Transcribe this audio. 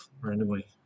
randomly